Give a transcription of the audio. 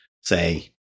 say